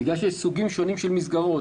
בגלל שיש סוגים שונים של מסגרות,